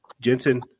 Jensen